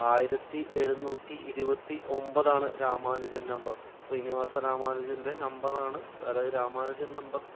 ആയിരത്തി എഴുനൂറ്റി ഇരുപത്തി ഒൻപത് ആണ് രാമാനുജൻ നമ്പർ ശ്രീനിവാസ രാമാനുജൻ്റെ നമ്പറാണ് അതായത് രാമാനുജൻ നമ്പർ